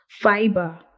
fiber